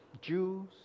Jews